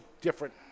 different